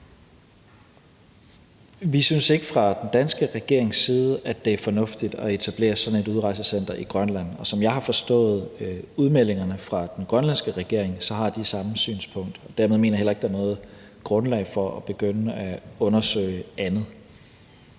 Vi synes ikke fra den danske regerings side, at det er fornuftigt at etablere sådan et udrejsecenter i Grønland, og som jeg har forstået udmeldingerne fra den grønlandske regering, har de det samme synspunkt. Og dermed mener jeg heller ikke, der er noget grundlag for at begynde at undersøge andet.